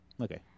Okay